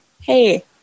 Hey